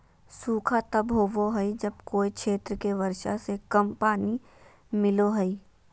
सूखा तब होबो हइ जब कोय क्षेत्र के वर्षा से कम पानी मिलो हइ